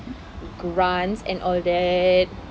grants and all that